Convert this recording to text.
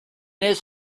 his